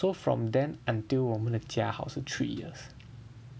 so from then until 我们的家好是 three years